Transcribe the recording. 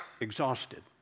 exhausted